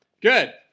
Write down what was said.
Good